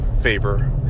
favor